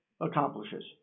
accomplishes